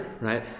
right